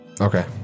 Okay